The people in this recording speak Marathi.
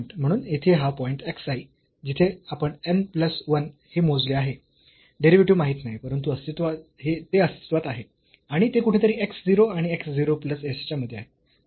म्हणून येथे हा पॉईंट xi जिथे आपण n प्लस 1 हे मोजले आहे डेरिव्हेटिव्ह माहीत नाही परंतु ते अस्तित्वात आहे आणि ते कुठेतरी x 0 आणि x 0 प्लस h च्या मध्ये आहे